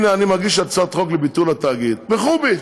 הנה אני מגיש הצעת חוק לביטול התאגיד, תתמכו בי.